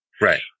Right